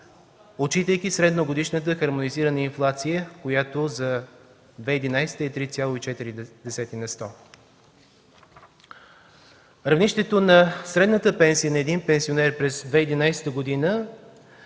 отчитайки средногодишната хармонизирана инфлация, която за 2011 г. е 3,4 на сто. Равнището на средната пенсия на един пенсионер през 2011 г.